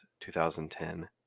2010